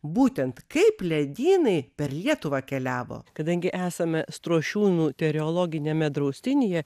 būtent kaip ledynai per lietuvą keliavo kadangi esame strošiūnų teriologiniame draustinyje